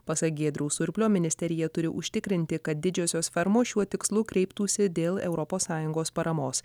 pasak giedriaus surplio ministerija turi užtikrinti kad didžiosios fermos šiuo tikslu kreiptųsi dėl europos sąjungos paramos